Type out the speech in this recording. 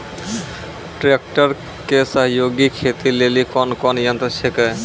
Tractor के सहयोगी खेती लेली कोन कोन यंत्र छेकै?